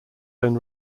own